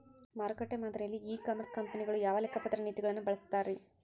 ಮಾರುಕಟ್ಟೆ ಮಾದರಿಯಲ್ಲಿ e commerce ಕಂಪನಿಗಳು ಯಾವ ಲೆಕ್ಕಪತ್ರ ನೇತಿಗಳನ್ನ ಬಳಸುತ್ತಾರಿ?